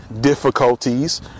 difficulties